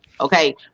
Okay